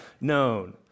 known